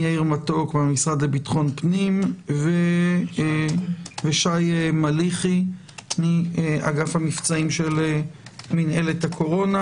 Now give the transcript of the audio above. מהמשרד לביטחון פנים ושי מליחי מאגף המבצעים של מינהלת הקורונה.